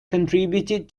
contributed